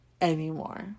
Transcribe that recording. anymore